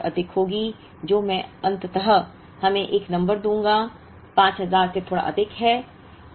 यह कुछ और अधिक होगी जो मैं अंततः हमें एक नंबर दूंगा 5000 से थोड़ा अधिक है